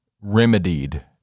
remedied